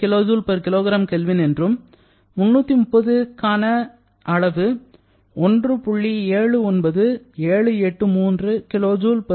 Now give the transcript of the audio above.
66802 kJkgK என்றும் 330 K க்கான s0 அளவு 1